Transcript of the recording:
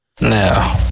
no